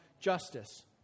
justice